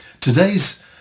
Today's